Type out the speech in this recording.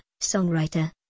songwriter